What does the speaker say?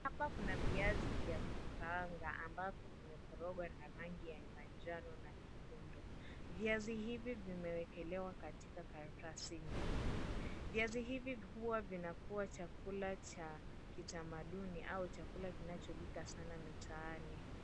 Hapa kuna viazi vya kukaanga ambapo kimekorogwa na rangi ya manjano na nyekundu. Viazi hivi vimewekelewa katika karatasi nyeupe. Viazi hivi huwa vinakuwa chakula cha kitamaduni au chakula kinacholika sana mitaani.